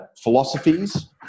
philosophies